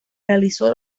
realizó